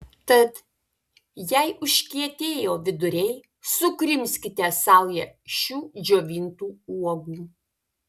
tad jei užkietėjo viduriai sukrimskite saują šių džiovintų uogų